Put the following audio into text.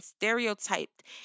stereotyped